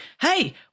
hey